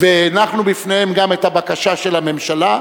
והנחנו בפניהן גם את הבקשה של הממשלה.